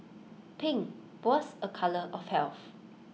pink was A colour of health